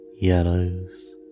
yellows